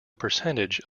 percentage